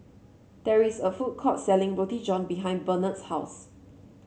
there is a food court selling Roti John behind Barnard's house